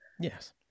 Yes